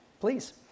please